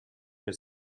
mais